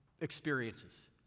experiences